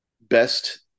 best